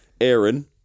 Aaron